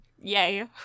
yay